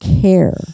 care